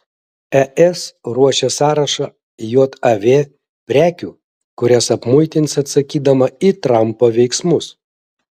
es ruošia sąrašą jav prekių kurias apmuitins atsakydama į trampo veiksmus